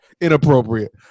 inappropriate